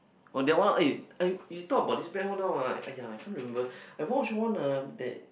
oh that one eh I you talk about this brand one now ah !aiya! I can't remember I've watch one ah that